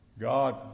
God